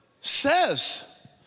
says